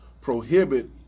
prohibit